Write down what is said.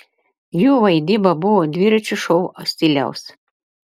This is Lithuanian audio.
jų vaidyba buvo dviračio šou stiliaus